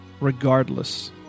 Regardless